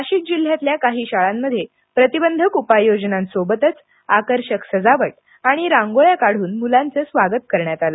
नाशिक जिल्ह्यातल्या काही शाळांमध्ये प्रतिबंधक उपाययोजनांसोबतच आकर्षक सजावट आणि रांगोळ्या काढून मुलांचं स्वागत करण्यात आलं